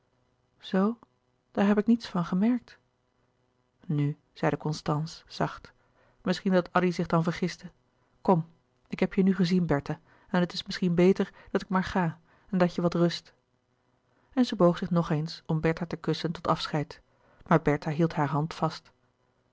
zoo daar heb ik niets van gemerkt nu zeide constance zacht misschien dat addy zich dan vergiste kom ik heb je nu gezien bertha en het is misschien beter dat ik maar ga en dat je wat rust en zij boog zich nog eens om bertha te kussen tot afscheid maar bertha hield hare hand vast